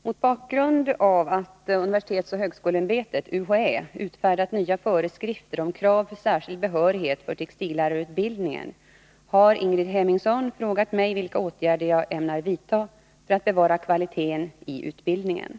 Fru talman! Mot bakgrund av att universitetsoch högskoleämbetet utfärdat nya föreskrifter om krav för särskild behörighet för textillärarutbildningen har Ingrid Hemmingsson frågat mig vilka åtgärder jag ämnar vidta för att bevara kvaliteten i utbildningen.